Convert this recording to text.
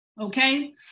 okay